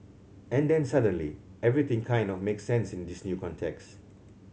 and then suddenly everything kind of makes sense in this new context